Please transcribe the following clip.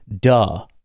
Duh